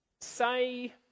say